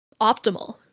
optimal